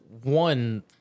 one